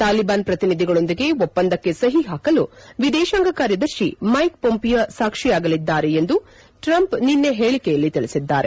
ತಾಲಿಬಾನ್ ಪ್ರತಿನಿಧಿಗಳೊಂದಿಗೆ ಒಪ್ಪಂದಕ್ಕೆ ಸಹಿ ಪಾಕಲು ವಿದೇಶಾಂಗ ಕಾರ್ಯದರ್ಶಿ ಮೈಕ್ ಪೊಂಪಿಯೊ ಸಾಕ್ಷಿಯಾಗಲಿದ್ದಾರೆ ಎಂದು ಟ್ರಂಪ್ ನಿನ್ನೆ ಹೇಳಿಕೆಯಲ್ಲಿ ತಿಳಿಸಿದ್ದಾರೆ